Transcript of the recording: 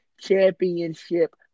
Championship